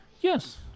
Yes